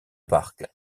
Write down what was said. park